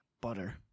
butter